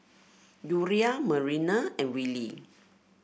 Uriah Marina and Willy